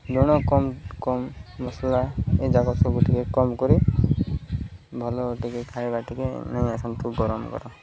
ଲୁଣ କମ୍ କମ୍ ମସଲା ଏ ଜାକ ସବୁ ଟିକେ କମ କରି ଭଲ ଟିକେ ଖାଇବା ଟିକେ ନେଇ ଆସନ୍ତୁ ଗରମ ଗରମ